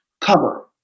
cover